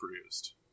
produced